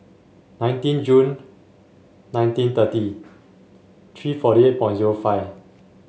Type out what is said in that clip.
nineteen June nineteen thirty three forty eight zero five